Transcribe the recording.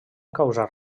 causar